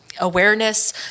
awareness